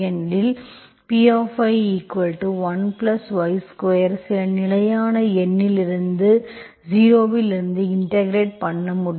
ஏனெனில் P 11 y2 சில நிலையான எண் 0 இலிருந்து இன்டெகிரெட் பண்ண வேண்டும்